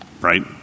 right